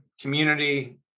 community